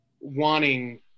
wanting